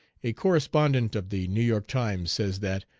a correspondent of the new york times says that,